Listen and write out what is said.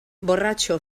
borratxo